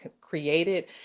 created